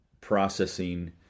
processing